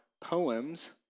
poems